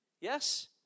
Yes